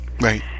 Right